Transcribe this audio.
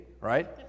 right